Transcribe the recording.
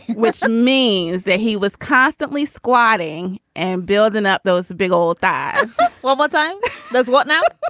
which means that he was constantly squatting and building up those big old guys well, what time does what now?